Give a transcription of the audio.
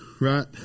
right